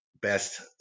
best